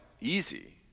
easy